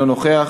אינו נוכח,